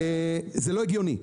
זה לא הגיוני.